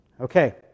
Okay